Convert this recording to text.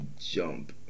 jump